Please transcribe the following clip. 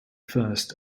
first